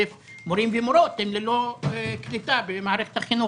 מורים ומורות הם ללא קליטה במערכת החינוך,